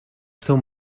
seu